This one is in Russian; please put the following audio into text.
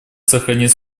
сохранить